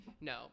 no